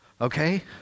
okay